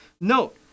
Note